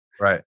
Right